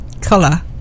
colour